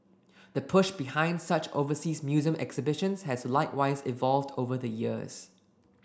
the push behind such overseas museum exhibitions has likewise evolved over the years